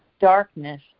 darkness